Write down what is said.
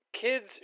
kids